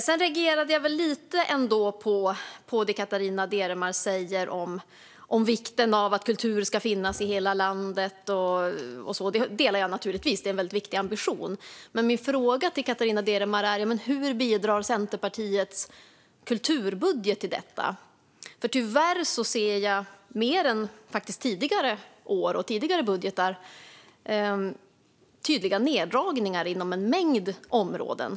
Jag reagerar ändå lite på det Catarina Deremar säger om vikten av att kultur ska finnas i hela landet och så vidare. Jag delar naturligtvis den synen; det är en väldigt viktig ambition. Men min fråga till Catarina Deremar är: Hur bidrar Centerpartiets kulturbudget till detta? Tyvärr ser jag mer än tidigare år och i tidigare budgetar tydliga neddragningar inom en mängd områden.